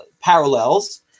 parallels